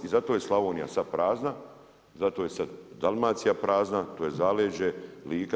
I zato je Slavonija sad prazna, zato je sad Dalmacija prazna, to je zaleđe, Lika.